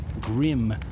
grim